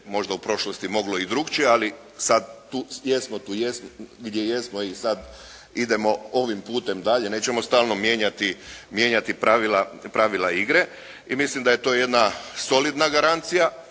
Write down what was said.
možda u prošlosti moglo i drukčije, ali sada tu jesmo gdje jesmo i sada idemo ovim putem dalje, nećemo stalno mijenjati pravila igre i mislim da je to jedna solidna garancija.